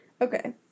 Okay